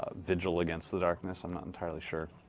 ah vigil against the darkness? i'm not entirely sure.